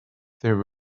there